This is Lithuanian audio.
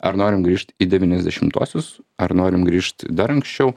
ar norim grįžt į devyniasdešimtuosius ar norim grįžt dar anksčiau